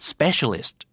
Specialist